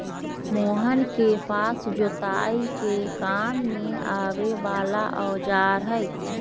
मोहन के पास जोताई के काम में आवे वाला औजार हई